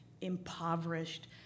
impoverished